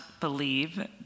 believe